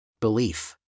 Belief